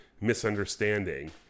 misunderstanding